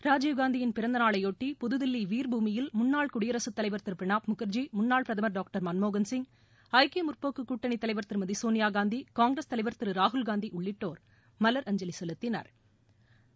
ராஜீவ்காந்தியின் பிறந்த நாளையொட்டி புதுதில்லி வீர் பூமியில் முன்னாள் குடியரசுத் தலைவர் திரு பிரணாப் முகாஜி முன்னாள் பிரதமா டாக்டர் மன்மோகன்சிங் ஐக்கிய முற்போக்குக் கூட்டணித் தலைவா திருமதி சோனியாகாந்தி காங்கிரஸ் தலைவா் திரு ராகுல்காந்தி உள்ளிட்டோா் மலரஞ்சலி செலுத்தினா்